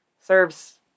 Serves